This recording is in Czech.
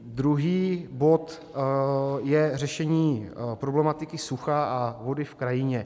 Druhý bod je řešení problematiky sucha a vody v krajině.